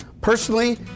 Personally